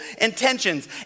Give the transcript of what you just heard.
intentions